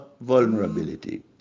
vulnerability